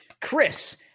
Chris